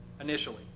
initially